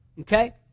Okay